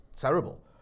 terrible